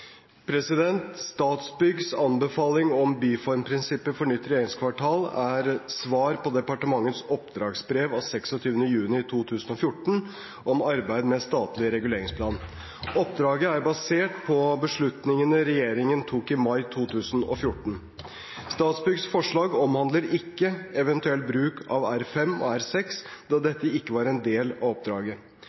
Statsbyggs anbefaling om byformprinsipper for nytt regjeringskvartal er svar på departementets oppdragsbrev av 26. juni 2014 om arbeidet med statlig reguleringsplan. Oppdraget er basert på beslutningene regjeringen tok i mai 2014. Statsbyggs forslag omhandler ikke eventuell bruk av R5 og R6, da dette ikke var en del av oppdraget.